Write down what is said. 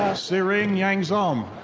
tsering yangzom.